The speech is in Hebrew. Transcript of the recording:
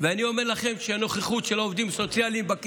ואני אומר לכם שהנוכחות של העובדים הסוציאליים בני